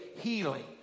healing